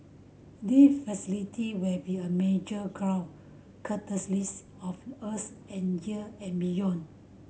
they facility will be a major grow catalyst of us and year and beyond